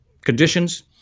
conditions